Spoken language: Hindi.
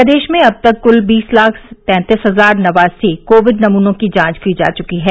प्रदेश में अब तक कुल बीस लाख तैंतीस हजार नवासी कोविड नमूनों की जांच की जा चुकी है